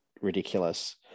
ridiculous